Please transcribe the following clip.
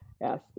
Yes